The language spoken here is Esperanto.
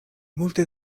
multe